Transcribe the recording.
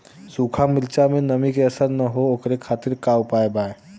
सूखा मिर्चा में नमी के असर न हो ओकरे खातीर का उपाय बा?